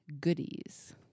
Goodies